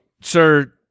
sir